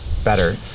better